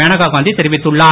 மேனகாகாந்தி தெரிவித்துள்ளார்